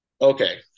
okay